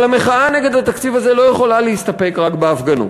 אבל המחאה נגד התקציב הזה לא יכולה להסתפק רק בהפגנות,